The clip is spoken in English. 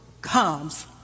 comes